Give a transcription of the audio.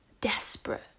desperate